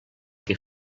que